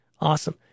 Awesome